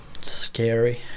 scary